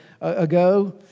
ago